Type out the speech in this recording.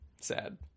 sad